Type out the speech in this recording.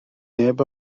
neb